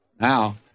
Now